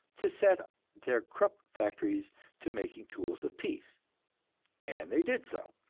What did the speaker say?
to set their krupp factories to making tools of peace and they did so.